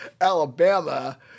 Alabama